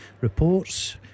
reports